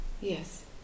Yes